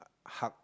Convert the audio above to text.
Hulk